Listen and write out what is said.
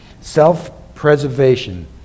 Self-preservation